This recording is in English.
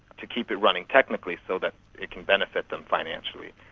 to keep it running technically so that it can benefit them financially.